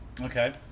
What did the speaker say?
okay